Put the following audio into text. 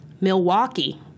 Milwaukee